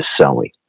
selling